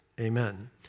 Amen